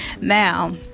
now